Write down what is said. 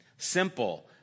Simple